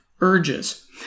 urges